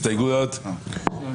הצבעה ההסתייגויות לא נתקבלו.